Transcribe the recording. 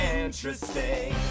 interesting